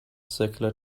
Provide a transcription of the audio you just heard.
circular